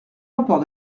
rapport